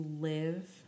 live